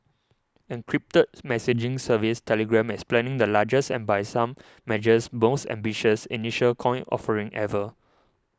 encrypted messaging service Telegram is planning the largest and by some measures most ambitious initial coin offering ever